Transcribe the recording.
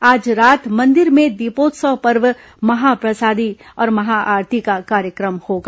आज रात मंदिर में दीपोत्सव पर्व महाप्रसादी और महाआरती का कार्यक्रम होगा